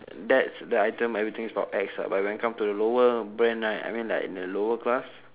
that's the item everything is about ex ah but when it come to the lower brand right I mean like in the lower class